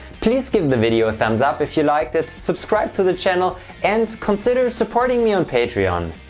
please give the video a thumbs up if you liked it, subscribe to the channel and consider supporting me on patreon.